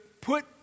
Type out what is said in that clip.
put